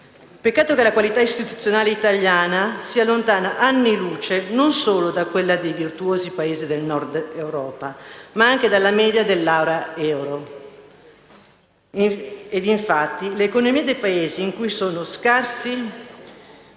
Peccato che la qualità istituzionale italiana sia lontana anni luce non solo da quella dei virtuosi Paesi del Nord Europa, ma anche dalla media dell'area euro. E infatti le economie dei Paesi in cui sono più scarsi